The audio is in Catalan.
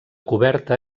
coberta